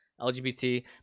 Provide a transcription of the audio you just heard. LGBT